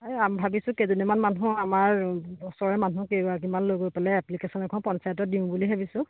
আমি ভাবিছোঁ কেজনীমান মানুহ আমাৰ ওচৰৰে মানুহ কেইগৰাকীমান লৈ গৈ পেলাই এপ্লিকেশ্যন এখন পঞ্চায়তত দিওঁ বুলি ভাবিছোঁ